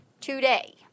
today